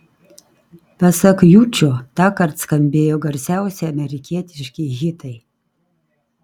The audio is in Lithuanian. pasak jučo tąkart skambėjo garsiausi amerikietiški hitai